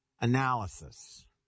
analysis